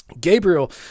Gabriel